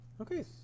Okay